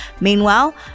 Meanwhile